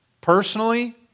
personally